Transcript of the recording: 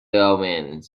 omens